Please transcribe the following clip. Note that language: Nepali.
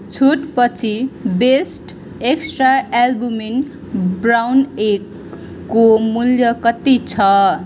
छुटपछि बेस्ट एक्स्ट्रा एल्बुमिन ब्राउन एगको मूल्य कति छ